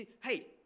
Hey